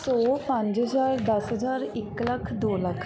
ਸੌ ਪੰਜ ਹਜ਼ਾਰ ਦਸ ਹਜ਼ਾਰ ਇੱਕ ਲੱਖ ਦੋ ਲੱਖ